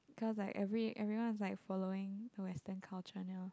cause like every everyone is like following western culture now